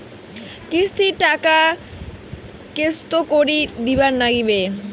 কিস্তির টাকা কেঙ্গকরি দিবার নাগীবে?